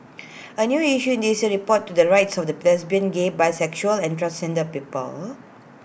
A new issue in this year's report to the rights of the lesbian gay bisexual and transgender people